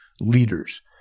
leaders